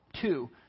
two